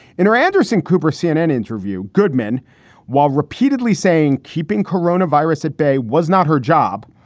in our anderson cooper cnn interview, goodman while repeatedly saying keeping corona virus at bay was not her job.